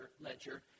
ledger